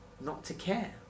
not-to-care